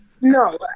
no